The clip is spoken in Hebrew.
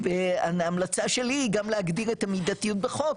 וההמלצה שלי היא גם להגדיר את המידתיות בחוק,